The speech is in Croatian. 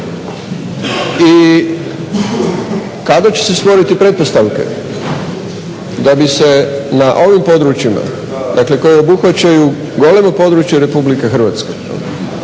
i kada će se stvoriti pretpostavke da bi se na ovim područjima, dakle koje obuhvaćaju golemo područje RH počele provoditi